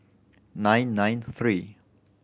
nine nine three